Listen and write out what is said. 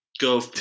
go